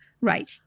Right